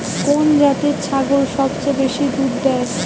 কোন জাতের ছাগল সবচেয়ে বেশি দুধ দেয়?